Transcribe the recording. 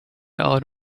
old